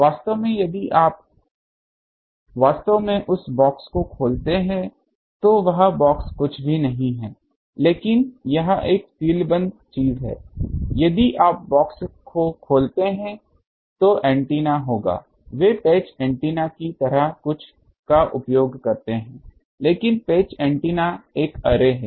वास्तव में यदि आप वास्तव में उस बॉक्स को खोलते हैं तो वह बॉक्स कुछ भी नहीं है लेकिन यह एक सीलबंद चीज है यदि आप बॉक्स को खोलते हैं तो एंटीना होगा वे पैच एंटीना की तरह कुछ का उपयोग करते हैं लेकिन पैच एंटीना एक अर्रे है